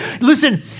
Listen